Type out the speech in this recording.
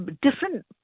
different